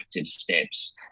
steps